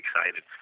excited